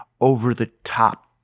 over-the-top